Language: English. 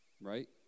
Right